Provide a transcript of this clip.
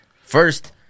first